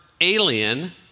alien